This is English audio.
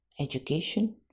education